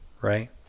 right